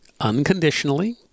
Unconditionally